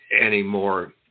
anymore